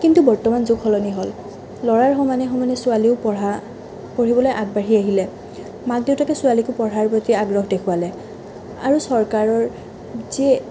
কিন্তু বৰ্তমান যুগ সলনি হ'ল ল'ৰাৰ সমানে সমানে ছোৱালীও পঢ়া পঢ়িবলৈ আগবাঢ়ি আহিলে মাক দেউতাকে ছোৱালীকো পঢ়াৰ প্ৰতি আগ্ৰহ দেখুৱালে আৰু চৰকাৰৰ যি